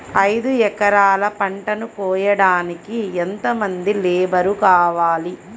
ఐదు ఎకరాల పంటను కోయడానికి యెంత మంది లేబరు కావాలి?